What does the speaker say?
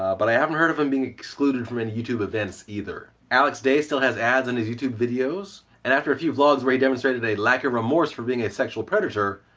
but i haven't heard of him being excluded from any youtube events, either. alex day still has ads on his youtube videos and after a few vlogs where he demonstrated a lack of remorse for being a sexual predator,